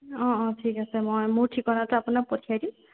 অঁ অঁ ঠিক আছে মই মোৰ ঠিকনাটো আপোনাক পঠিয়াই দিম